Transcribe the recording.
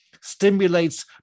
stimulates